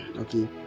okay